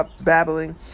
babbling